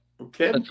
Okay